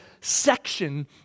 section